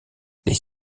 les